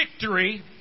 victory